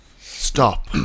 Stop